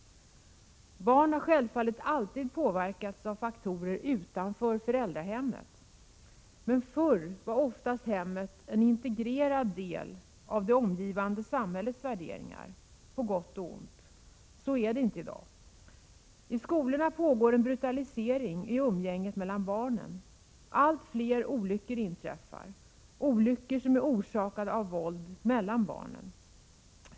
Barn har självfallet alltid påverkats av faktorer utanför föräldrahemmet. Men förr var oftast hemmet en integrerad del av det omgivande samhällets värderingar, på gott och ont. Så är det inte i dag. I skolorna pågår en brutalisering i umgänget mellan barnen. Allt fler olyckor inträffar som är orsakade av våld mellan barnen.